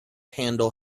handle